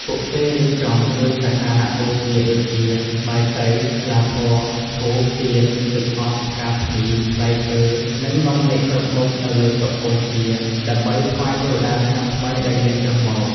ពួកគេរៀបចំ គ្រឿងសក្ការៈបូជា ដូចជា បាយសី ស្លាធម៌ ធូប ទៀន ទឹកអប់ ផ្កាភ្ញី ផ្លែឈើ និងនំនែកគ្រប់មុខ នៅលើតុបូជា ដើម្បីថ្វាយទេវតាឆ្នាំថ្មីដែលយាងចុះមក។